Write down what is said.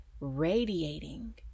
radiating